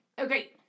Okay